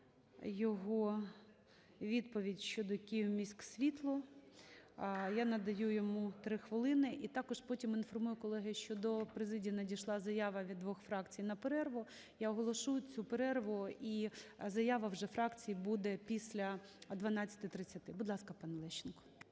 його… відповідь щодо "Київміськсвітло". Я надаю йому 3 хвилини. І також потім інформую, колеги, що до президії надійшла заява від двох фракцій на перерву. Я оголошу цю перерву, і заява вже фракції буде після 12:30. Будь ласка, пан Лещенко.